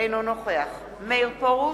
אינו נוכח מאיר פרוש,